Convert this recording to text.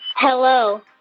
hello.